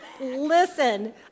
listen